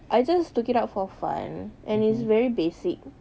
I just took it up for fun and it's very basic